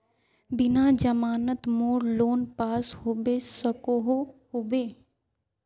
बिना जमानत मोर लोन पास होबे सकोहो होबे?